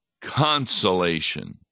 consolation